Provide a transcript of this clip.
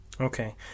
Okay